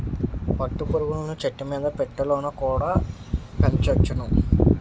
పట్టు పురుగులను చెట్టుమీద పెట్టెలలోన కుడా పెంచొచ్చును